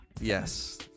Yes